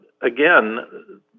again